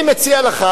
אני מציע לך,